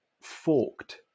forked